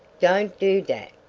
don't do dat.